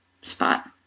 spot